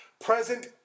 present